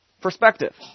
perspective